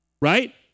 Right